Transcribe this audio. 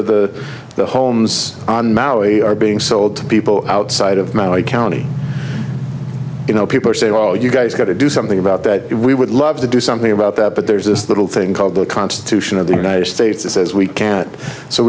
of the homes on maui are being sold to people outside of my county you know people say well you guys got to do something about that we would love to do something about that but there's this little thing called the constitution of the united states that says we can't so